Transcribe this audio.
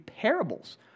parables